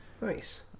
Nice